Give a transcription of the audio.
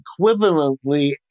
equivalently